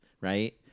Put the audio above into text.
Right